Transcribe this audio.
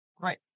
Right